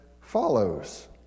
follows